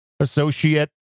Associate